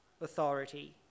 authority